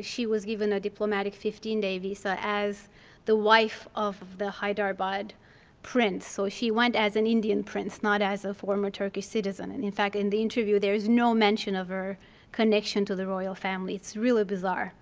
she was given a diplomatic fifteen day visa as the wife of the hyderabad prince. so she went as an indian prince, not as a former turkish citizen. and in fact, in the interview, there is no mention of her connection to the royal family. it's really bizarre.